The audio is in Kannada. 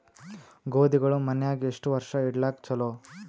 ಗೋಧಿಗಳು ಮನ್ಯಾಗ ಎಷ್ಟು ವರ್ಷ ಇಡಲಾಕ ಚಲೋ?